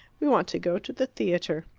we want to go to the theatre.